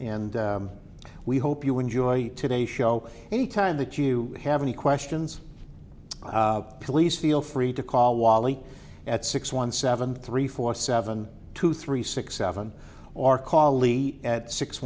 and we hope you enjoy today show any time that you have any questions please feel free to call wally at six one seven three four seven two three six seven or call lee at six